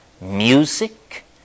music